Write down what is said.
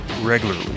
regularly